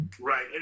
right